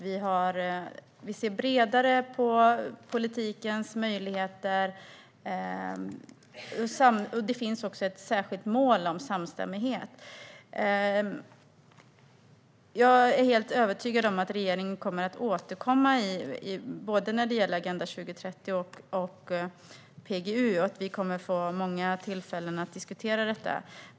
Vi ser bredare på politikens möjligheter, och det finns också ett särskilt mål om samstämmighet. Jag är helt övertygad om att regeringen kommer att återkomma när det gäller både Agenda 2030 och PGU och att vi kommer att få många tillfällen att diskutera detta.